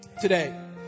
today